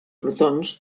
protons